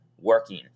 working